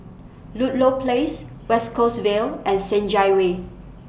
Ludlow Place West Coast Vale and Senja Way